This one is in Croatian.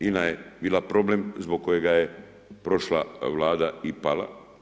INA je bila problem zbog kojega je prošla Vlada i pala.